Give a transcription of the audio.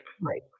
Right